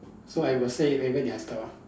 so I will say they are